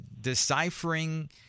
deciphering